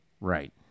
Right